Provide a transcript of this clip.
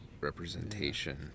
representation